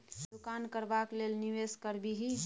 दोकान करबाक लेल निवेश करबिही